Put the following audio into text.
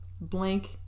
blank